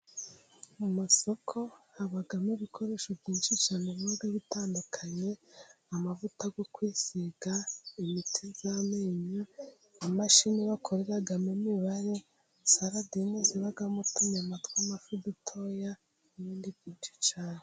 Mu masoko habamo ibikoresho byinshi cyane biba bitandukanye. Amavuta yo kwisiga ,imiti y'amenyo ,imashini bakoreramo imibare ,isaladine zibamo utunyama tw'amafi dutoya n'ibindi byinshi cyane.